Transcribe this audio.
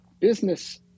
business